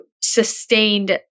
sustained